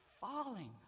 falling